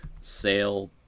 Sale